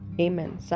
Amen